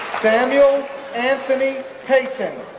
samuel anthony payton